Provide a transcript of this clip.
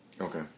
Okay